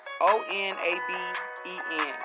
o-n-a-b-e-n